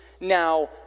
now